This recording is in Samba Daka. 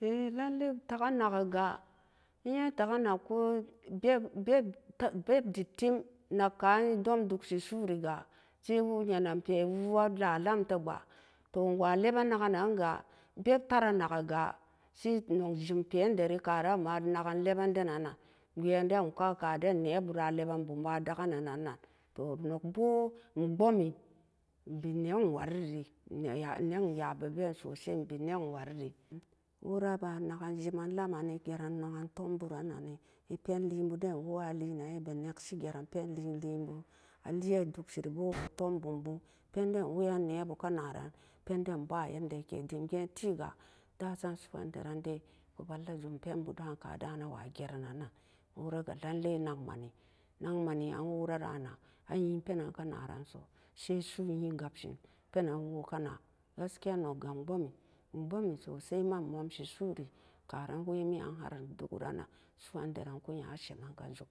Nan lee taa ka na kee gaa e yee taaka nak koo bebobeb dem teem sai woo yenen pee woo woo a lam laa tee ba'at toh wa leben na ken nan ga beb tara na kee ga sai nok jem pee dari karan e ma leben den nakenan nan ka den nee bu maa leben kan den nee bubu ma leben bum ma da'kee nen nan nok boo e bomi e bet noog wari noog ngabee ben sosai noog wari woo raa ba jimeen laman née jareem naken toom bu ran nan nee e pen lee bu den wora a lee nan wo bee naksi jaran pen lee boo a lee a dok see ree boo tom bum boo pen den nee boo ka na ran dem ga'an tee ga dasam su'uan daran dee a valla jum pen boo dan kadan woora wa jeren nan-nan wora ga nanlee nak meni nak memi an wora ka na a yee penan woo ka na ranso sai su'u yeen gabsen penan woo ka na gaskiya nook ga e bomi e boomi sosai ma e momsi su'u ri karan wai mian ma e doko kana ran na su'uandaran ko nya semen ka jum